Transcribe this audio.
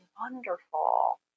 wonderful